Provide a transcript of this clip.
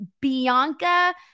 Bianca